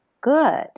good